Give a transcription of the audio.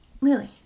Lily